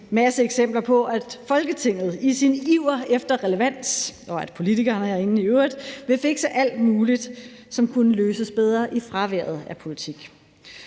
masse eksempler på, at Folketinget i sin iver efter relevans og at politikerne herinde i øvrigt vil fikse alt muligt, som kunne løses bedre i fraværet af politik.